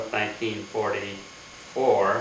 1944